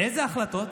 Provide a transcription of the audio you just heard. איזה החלטות?